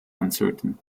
uncertain